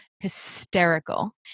hysterical